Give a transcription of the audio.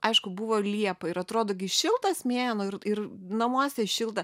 aišku buvo liepa ir atrodo gi šiltas mėnuo ir ir namuose šilta